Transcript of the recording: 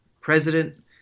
President